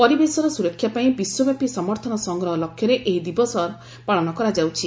ପରିବେଶର ସୁରକ୍ଷା ପାଇଁ ବିଶ୍ୱବ୍ୟାପୀ ସମର୍ଥନ ସଂଗ୍ରହ ଲକ୍ଷ୍ୟରେ ଏହି ଦିବସର ପାଳନ କରାଯାଉଛି